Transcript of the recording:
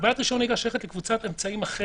הגבלת רישיון נהיגה שייכת לקבוצת אמצעים אחרת